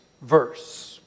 verse